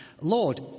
Lord